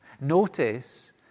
Notice